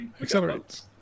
Accelerates